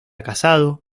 casado